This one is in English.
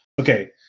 Okay